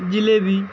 jalebi